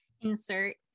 Insert